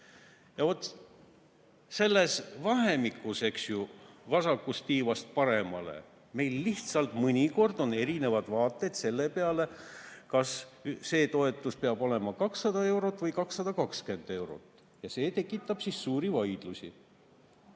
teise. Selles vahemikus, vasakust tiivast paremale, meil lihtsalt mõnikord on erinevad vaated sellele, kas see toetus peab olema 200 eurot või 220 eurot. Ja see tekitab suuri vaidlusi.